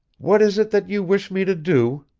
what is it that you wish me to do?